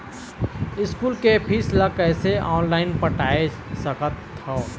School के fees ला कैसे ऑनलाइन पटाए सकत हव?